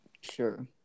Sure